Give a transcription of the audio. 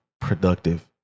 productive